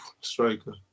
striker